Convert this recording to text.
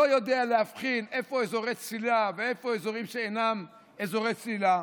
והוא לא יודע להבחין בין אזורי צלילה ובין אזורים שאינם אזורי צלילה.